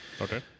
Okay